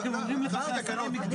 אתה מביא תקנות,